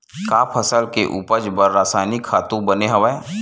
का फसल के उपज बर रासायनिक खातु बने हवय?